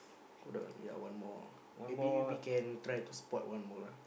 hold on yea one more maybe we can try to spot one more lah